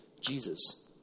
Jesus